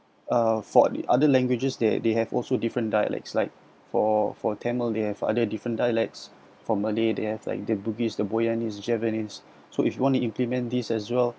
uh for the other languages they they have also different dialects like for for tamil they have other different dialects for malay they have like the bugis the boyan there's javanese so if you want to implement these as well